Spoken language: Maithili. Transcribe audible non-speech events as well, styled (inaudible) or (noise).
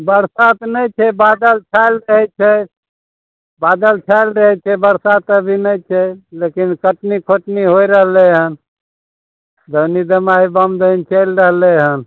बरसात नहि छै बादल छायल रहै छै बादल छायल रहै छै बरसात अभी नहि छै लेकिन कटनी फटनी होय रहले हन (unintelligible) चैल रहले हँ